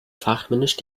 fachmännisch